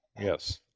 Yes